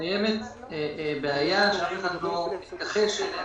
קיימת בעיה שאף אחד לא התייחס אליה